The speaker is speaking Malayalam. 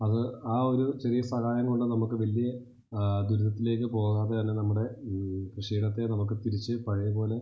അത് ആ ഒരു ചെറിയ സഹായം കൊണ്ട് നമുക്ക് വലിയ ദുരിതത്തിലേക്ക് പോകാതെ തന്നെ നമ്മുടെ കൃഷിയിടത്തെ നമുക്ക് തിരിച്ച് പഴയ പോലെ